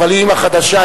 והיא אמא חדשה,